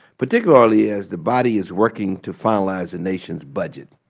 particularly as the body is working to finalize the nation's budget.